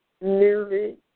newly